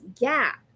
gap